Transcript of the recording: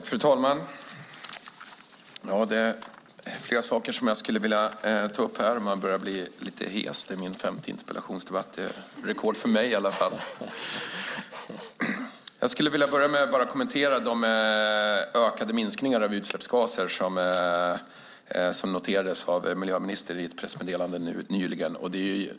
Fru talman! Det är flera saker jag skulle vilja ta upp här. Jag börjar bli lite hes. Det är min femte interpellationsdebatt i dag. Det är i varje fall rekord för mig. Jag skulle vilja börja med att kommentera de ökade minskningarna av utsläppsgaser som noterades av miljöministern i ett pressmeddelande nyligen.